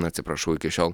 atsiprašau iki šiol